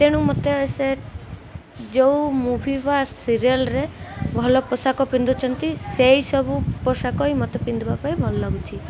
ତେଣୁ ମୋତେ ସେ ଯେଉଁ ମୁଭି ବା ସିରିଏଲ୍ରେ ଭଲ ପୋଷାକ ପିନ୍ଧୁଛନ୍ତି ସେଇ ସବୁ ପୋଷାକ ହିଁ ମୋତେ ପିନ୍ଧିବା ପାଇଁ ଭଲ ଲାଗୁଛି